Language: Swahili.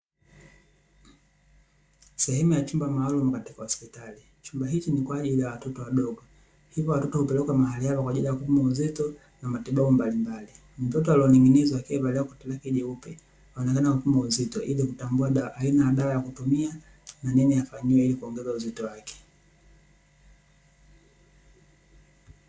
Sehemu ya chumba maalumu katika hospitali. Chumba hichi ni kwa ajili ya watoto wadogo, hivyo watoto hupelekwa mahali hapa kwa ajili ya kupimwa uzito, na matibabu mbalimbali. Mtoto aliyening'inizwa akiwa amevalia koti lake jeupe anaonekana kupimwa uzito ili kutambua aina ya dawa ya kutumia, na nini afanyiwe ili kuongeza uzito wake.